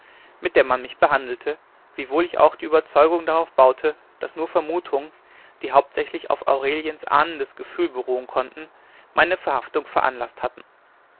mit der man mich behandelte wiewohl ich auch die oberzeugung darauf baute daß nur vermutungen die hauptsächlich auf aureliens ahnendes gefühl beruhen konnten meine verhaftung veranlaßt hatten